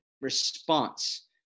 response